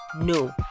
No